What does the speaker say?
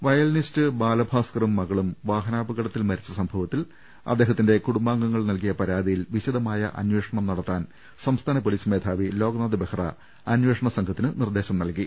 violinist ബാലബാസ്ക്കറും മകളും വാഹനാപകടത്തിൽ മരിച്ച സംഭവത്തിൽ അദ്ദേഹത്തിന്റെ കുടുംബാംഗങ്ങൾ നൽകിയ പരാതിയിൽ വിശദമായ അനേഷണം നടത്താൻ സംസ്ഥാന പൊലീസ് മേധാവി ലോക്നാഥ് ബെഹ്റ അന്വേഷണ സംഘത്തിന് നിർദേശം നൽകി